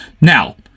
Now